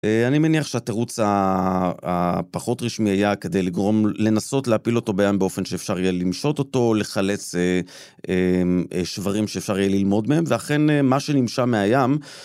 אני מניח שהתירוץ הפחות רשמי היה כדי לגרום, לנסות להפיל אותו בים באופן שאפשר יהיה למשות אותו, לחלץ שברים שאפשר יהיה ללמוד מהם, ואכן מה שנמשה מהים...